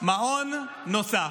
מעון נוסף.